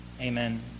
Amen